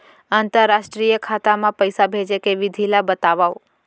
अंतरराष्ट्रीय खाता मा पइसा भेजे के विधि ला बतावव?